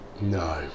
No